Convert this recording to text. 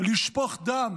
לשפך דם